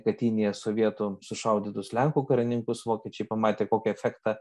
katynėje sovietų sušaudytus lenkų karininkus vokiečiai pamatė kokį efektą